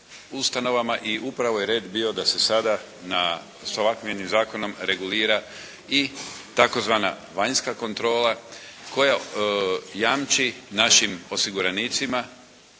ustanovama i upravo je red bio da se sada ovakvim Zakonom regulira tzv. vanjska kontrola koja jamči našim osiguranicima